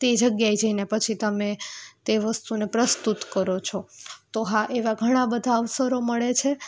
તે જગ્યાએ જઈને પછી તમે તે વસ્તુને પ્રસ્તુત કરો છો તો હા એવા ઘણાં બધાં અવસરો મળે છે